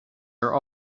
are